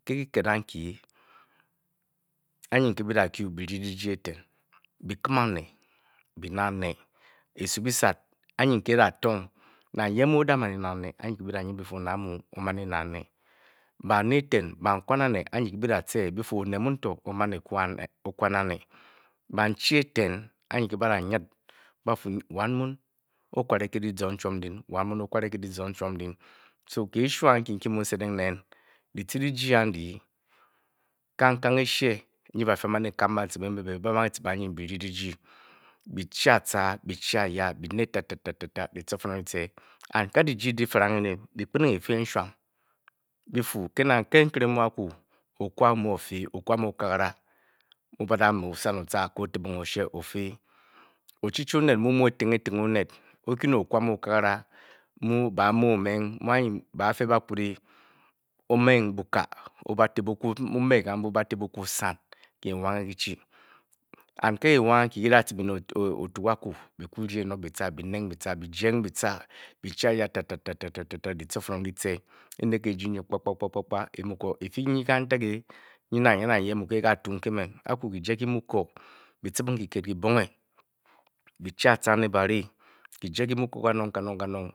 Ke kyikit ankyi ne byi dakyi, byi-nyi dyinyi eten, byi-kim ane. byi-ne ng ane, Esu byiset. Anyi ke byidatong nang yes mu odaman ene ane anyi ke byidanyit byi-fu onet amu o-men ene ano bane eten, ba-kwan ane, anyi ke byece byi-fu, onet mun o-man ekwan ane banchi eten to, anyi ke badenyit ba-fu, wan muu o-kwane ke chwom nkyin kiishwo ankyi nkyi mu n-set ng neem, dyici dyiji, kang kang eshe mbe bafi ba-man ekem bancibi mbe ebeba-bang ecibi anyi byi-nyi dyiji, byi-dyi i aca, byi-chi aya byi-neong tatata dyicoforong dyice a dyiji dyi-farang eme, byi-kpet ng efe nshwan byi-fin, ke na aku kpa kpa okwa o-mu ofi okwa mu okabara raa odosan o. ca ke otibinge oshe ofi oduchi onet mu bame. o meeng. Baafe bakut o-mee buka o-bati, kiinwange kyi-kutong A kii nwong adyi kyidacibi ne otukaku bga-kuryi enop byi-ca, byi-gee ng byi-ca tete dyicoforong dyi-ce e ne ke eji nyi kpa kpa kpa e-mu ko, efi wa nyi kantiki nyi nang yee nang yee mu ke kaatu n ke emen aku kyije kyi-mu, byi-cibeng kyikit kyibong byi-chi aca ne ari kyye kyi-mu ko konong kanong kanong